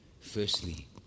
Firstly